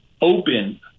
open